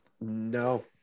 No